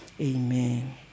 Amen